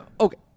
Okay